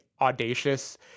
audacious